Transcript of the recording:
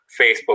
Facebook